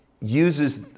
uses